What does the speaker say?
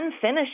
finish